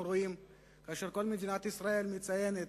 שכאשר כל מדינת ישראל מציינת,